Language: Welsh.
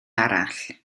arall